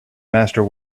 master